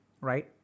Right